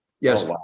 Yes